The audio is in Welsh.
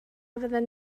fydden